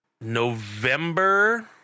November